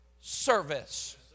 service